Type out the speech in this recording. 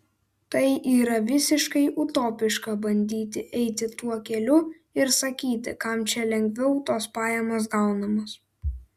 tai yra visiškai utopiška bandyti eiti tuo keliu ir sakyti kam čia lengviau tos pajamos gaunamos